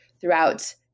throughout